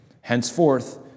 Henceforth